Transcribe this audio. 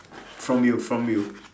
from you from you